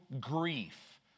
grief